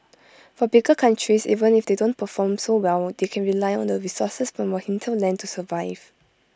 for bigger countries even if they don't perform so well they can rely on the resources from your hinterland to survive